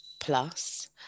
plus